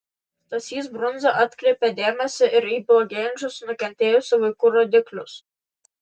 stasys brunza atkreipė dėmesį ir į blogėjančius nukentėjusių vaikų rodiklius